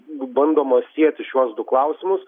bandoma sieti šiuos du klausimus